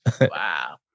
wow